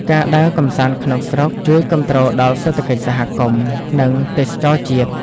ការដើរកម្សាន្តក្នុងស្រុក ជួយគាំទ្រដល់សេដ្ឋកិច្ចសហគមន៍ និងទេសចរណ៍ជាតិ។